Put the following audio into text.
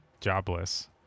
jobless